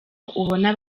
ubona